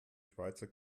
schweizer